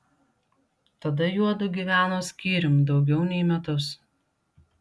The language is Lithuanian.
tada juodu gyveno skyrium daugiau nei metus